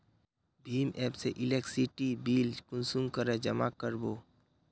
भीम app से electricity bill कुंसम करे जमा कर बो?